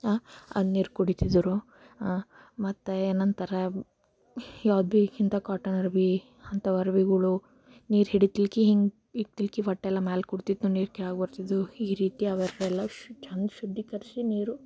ಆ ನೀರು ಕುಡೀತಿದ್ದರು ಮತ್ತು ಏನು ಅಂತಾರೆ ಯಾವ್ದು ಭೀ ಇಂಥ ಕಾಟನ್ ಅರ್ಬಿ ಅಂಥವು ಅರ್ಬಿಗಳು ನೀರು ಹಿಡಿತಿಳ್ಕಿ ಹಿಂಗೆ ಇಕ್ತಿಲ್ಕಿ ವಟ್ಟೆಲ್ಲ ಮ್ಯಾಲ ಕೂರ್ತಿತ್ತು ನೀರು ಕೆಳಗೆ ಬರ್ತಿದ್ವು ಈ ರೀತಿ ಚೆಂದ ಶುದ್ಧೀಕರಿಸಿ ನೀರು